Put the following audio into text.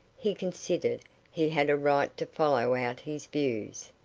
he considered he had a right to follow out his views.